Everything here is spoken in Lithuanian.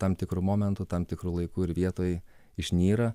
tam tikru momentu tam tikru laiku ir vietoj išnyra